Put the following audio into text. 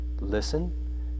listen